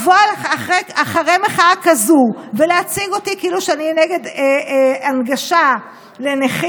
לבוא אחרי מחאה כזאת ולהציג אותי כאילו שאני נגד הנגשה לנכים,